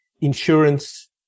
insurance